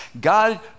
God